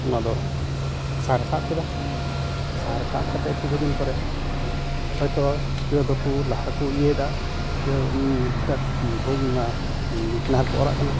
ᱚᱱᱟᱫᱚ ᱥᱟᱨᱮ ᱥᱟᱵ ᱠᱮᱫᱟ ᱥᱟᱨᱮ ᱥᱟᱵ ᱠᱟᱛᱮᱫ ᱠᱤᱪᱷᱩᱫᱤᱱ ᱯᱚᱨᱮ ᱦᱚᱭᱛᱚ ᱠᱮᱣ ᱫᱚᱠᱚ ᱞᱟᱦᱟᱠᱚ ᱤᱭᱟᱹᱭᱫᱟ ᱠᱮᱣᱫᱚ ᱦᱳᱭ ᱚᱱᱟ ᱫᱟᱜ ᱱᱟᱦᱮᱞᱠᱚ ᱚᱨᱟᱜ ᱠᱟᱱᱟ